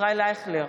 ישראל אייכלר,